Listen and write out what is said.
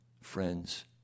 Friends